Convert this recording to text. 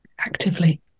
actively